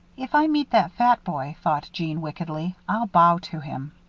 if i meet that fat boy, thought jeanne, wickedly, i'll bow to him.